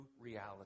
reality